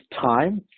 time